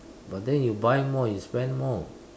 but then you buy more you spend more